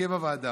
הרכב הוועדה: